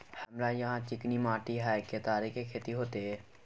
हमरा यहाँ चिकनी माटी हय केतारी के खेती होते?